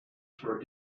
for